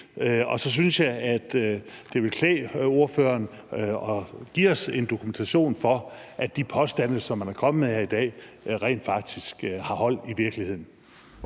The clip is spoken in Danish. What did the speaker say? Så synes jeg, at det ville klæde ordføreren at give os en dokumentation for, at de påstande, som man er kommet med her i dag, rent faktisk har hold i virkeligheden.